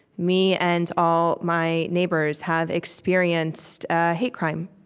me and all my neighbors have experienced a hate crime.